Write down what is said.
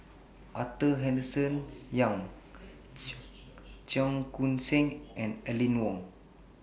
Arthur Henderson Young Cheong Koon Seng and Aline Wong